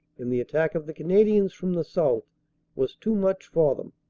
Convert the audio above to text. and the attack of the canadians from the south was too much for them.